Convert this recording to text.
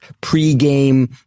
pre-game